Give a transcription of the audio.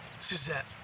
Suzette